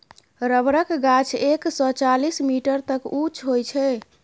रबरक गाछ एक सय चालीस मीटर तक उँच होइ छै